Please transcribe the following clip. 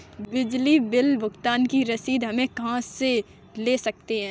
बिजली बिल भुगतान की रसीद हम कहां से ले सकते हैं?